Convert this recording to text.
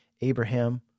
Abraham